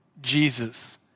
Jesus